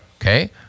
okay